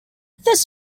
this